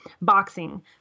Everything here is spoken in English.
boxing